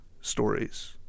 stories